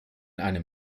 einem